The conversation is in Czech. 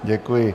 Děkuji.